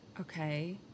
Okay